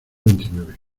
veintinueve